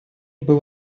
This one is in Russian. был